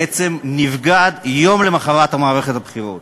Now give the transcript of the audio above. בעצם נפגע יום למחרת מערכת הבחירות.